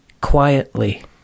Quietly